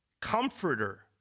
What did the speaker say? comforter